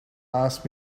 asked